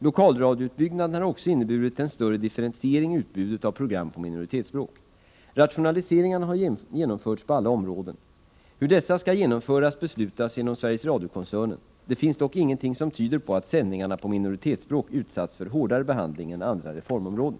Lokalradioutbyggnaden har också inneburit en större differentiering i utbudet av program på minoritetsspråk. Rationaliseringarna har genomförts på alla områden. Hur dessa skall genomföras beslutas inom SR-koncernen. Det finns dock ingenting som tyder på att sändningarna på minoritetsspråk utsatts för hårdare behandling än andra reformområden.